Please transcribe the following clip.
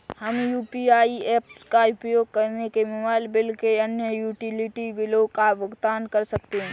हम UPI apps का उपयोग करके मोबाइल बिल और अन्य यूटिलिटी बिलों का भुगतान कर सकते हैं